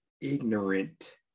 ignorant